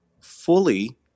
fully